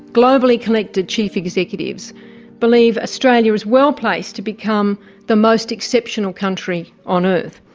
globally connected chief executives believe australia is well placed to become the most exceptional country on earth.